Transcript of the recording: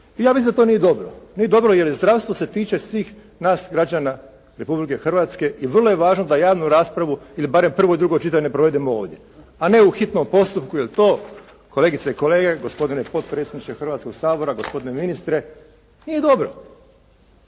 i ja mislim da to nije dobro. Nije dobro jer zdravstvo se tiče svih nas građana Republike Hrvatske i vrlo je važno da javnu raspravu ili barem prvo i drugo čitanje provedemo ovdje a ne u hitnom postupku jer to kolegice i kolege, gospodine potpredsjedniče Hrvatskoga sabora, gospodine ministre nije dobro,